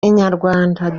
inyarwanda